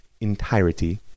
entirety